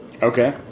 Okay